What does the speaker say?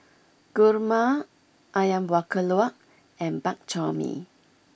Kurma Ayam Buah Keluak and Bak Chor Mee